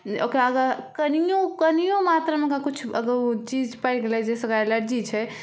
ओकरा अगर कनियो कनियो मात्रामे ओकरा किछु अगर ओ चीज पड़ि गेलै जै से ओकरा एलर्जी छै